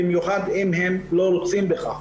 במיוחד אם הם לא רוצים בכך.